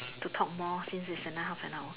to talk more since its another half an hour